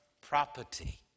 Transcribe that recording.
property